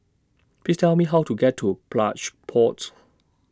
Please Tell Me How to get to Plush Pods